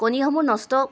কণীসমূহ নষ্ট কৰিবলৈ